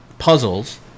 Puzzles